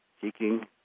seeking